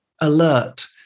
alert